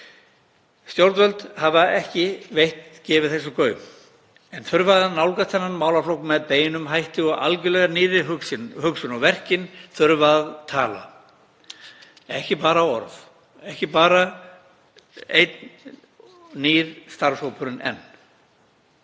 Stjórnvöld hafa ekki gefið þessu gaum en þurfa að nálgast þennan málaflokk með beinum hætti og algjörlega nýrri hugsun. Verkin þurfa að tala, ekki bara orð, ekki bara einn nýr starfshópurinn enn.